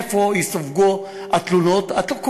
איפה יסווגו התלונות את לא קובעת,